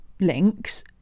links